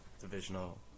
divisional